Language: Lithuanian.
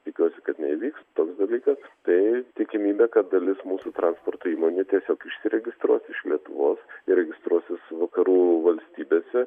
tikiuosi kad neįvyks toks dalykas tai tikimybė kad dalis mūsų transporto įmonių tiesiog išsiregistruos iš lietuvos ir registruosis vakarų valstybėse